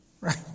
Right